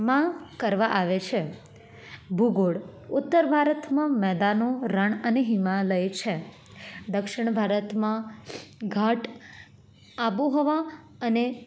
માં કરવા આવે છે ભૂગોળ ઉત્તર ભારતમાં મેદાનો રણ અને હિમાલય છે દક્ષિણ ભારતમાં ઘાટ આબોહવા અને